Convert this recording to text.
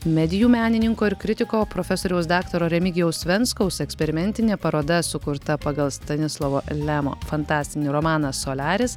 medijų menininko ir kritiko profesoriaus daktaro remigijaus venckaus eksperimentinė paroda sukurta pagal stanislovo lemo fantastinį romaną soliaris